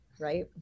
right